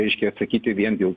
reiškia atsakyti vien jau